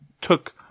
took